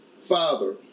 father